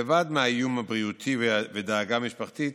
לבד מהאיום הבריאותי ודאגה משפחתית,